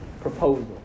proposal